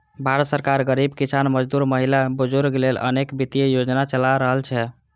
भारत सरकार गरीब, किसान, मजदूर, महिला, बुजुर्ग लेल अनेक वित्तीय योजना चला रहल छै